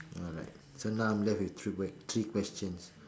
alright now I'm left with three three questions